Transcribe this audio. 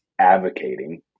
advocating